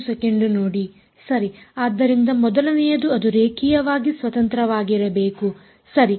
ಸರಿ ಆದ್ದರಿಂದ ಮೊದಲನೆಯದು ಅದು ರೇಖೀಯವಾಗಿ ಸ್ವತಂತ್ರವಾಗಿರಬೇಕು ಸರಿ